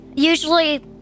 Usually